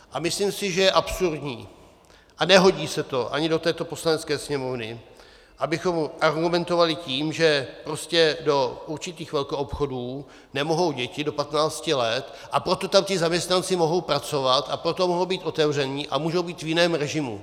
A myslím si, že je absurdní, a nehodí se to ani do této Poslanecké sněmovny, abychom argumentovali tím, že prostě do určitých velkoobchodů nemohou děti do 15 let, a proto tam ti zaměstnanci mohou pracovat a proto mohou být otevřeny a můžou být v jiném režimu.